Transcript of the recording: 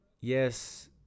yes